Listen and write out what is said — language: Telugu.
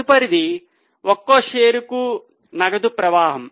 తదుపరిది ఒక్కో షేరుకు నగదు ప్రవాహం